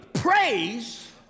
Praise